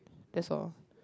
that's all